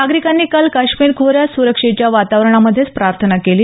नागरिकांनी काल काश्मीर खोऱ्यात सुरक्षेच्या वातावरणामध्येच प्रार्थना केली